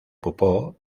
ocupó